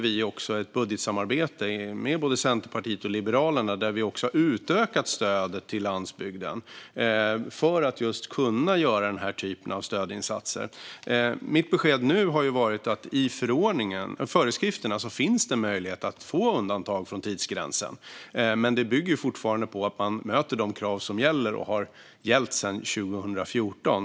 Vi har ett budgetsamarbete med både Centerpartiet och Liberalerna där vi också har utökat stödet till landsbygden för att just kunna göra den här typen av stödinsatser. Mitt besked nu har varit att det i föreskrifterna finns möjlighet att få undantag från tidsgränsen, men det bygger fortfarande på att man möter de krav som gäller och har gällt sedan 2014.